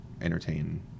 entertain